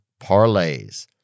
parlays